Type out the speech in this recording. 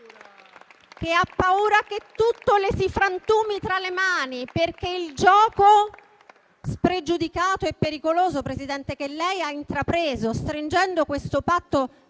che ha paura che tutto le si frantumi tra le mani, perché il gioco spregiudicato e pericoloso, Presidente, che lei ha intrapreso, stringendo questo patto